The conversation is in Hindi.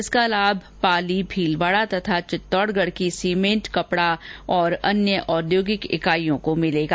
इसका लाभ पाली भीलवाड़ा तथा चित्तौड़गढ़ की सीमेंट कपड़ा अन्य औद्योगिक इकाइयों को मिलेगा